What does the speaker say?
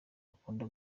akunda